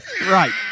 Right